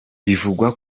bivugwa